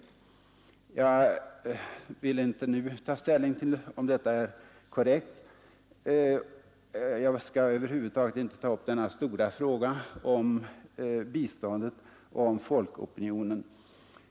Jag vill inte nu ta ställning till om detta är korrekt; jag skall över huvud taget inte nu ta upp denna stora fråga om biståndet och om folkopinionen.